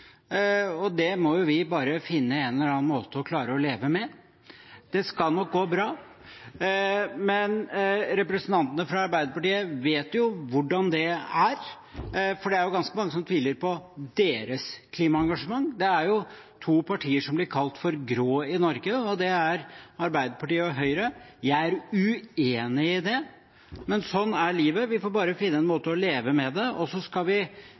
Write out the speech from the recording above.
og det må vi bare finne en eller annen måte å klare å leve med. Det skal nok gå bra. Men representantene fra Arbeiderpartiet vet jo hvordan det er, for det er ganske mange som tviler på deres klimaengasjement. Det er to partier som blir kalt grå i Norge, og det er Arbeiderpartiet og Høyre. Jeg er uenig i det, men sånn er livet – vi får bare finne en måte å leve med det på. Så skal vi